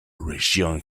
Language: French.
région